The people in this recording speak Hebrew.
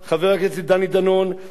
חבר הכנסת יצחק וקנין,